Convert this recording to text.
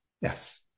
Yes